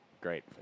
Great